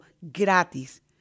gratis